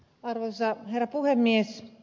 arvoisa herra puhemies